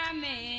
um may